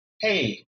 hey